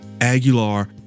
aguilar